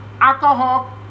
alcohol